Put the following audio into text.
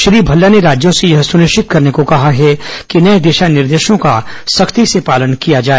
श्री भल्ला ने राज्यों से यह सुनिश्चित करने को कहा है कि नये दिशा निर्देशों का सख्ती से पालन किया जाए